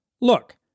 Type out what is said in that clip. Look